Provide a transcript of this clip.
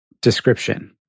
description